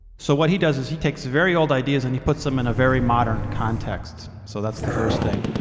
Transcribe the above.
so what he does is, he takes very old ideas and he puts them in a very modern context. so that's the first thing.